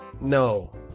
No